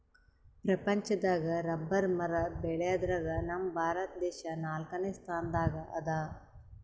ಪ್ರಪಂಚದಾಗ್ ರಬ್ಬರ್ ಮರ ಬೆಳ್ಯಾದ್ರಗ್ ನಮ್ ಭಾರತ ದೇಶ್ ನಾಲ್ಕನೇ ಸ್ಥಾನ್ ದಾಗ್ ಅದಾ